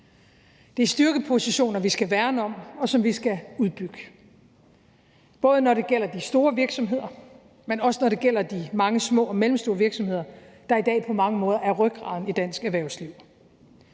Det er styrkepositioner, vi skal værne om, og som vi skal udbygge, både når det gælder de store virksomheder, men også når det gælder de mange små og mellemstore virksomheder, der i dag på mange måder er rygraden i dansk erhvervsliv.